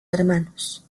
hermanos